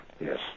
yes